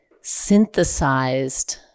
synthesized